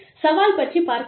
சவால் பற்றிப் பார்க்கலாம்